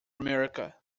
america